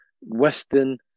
Western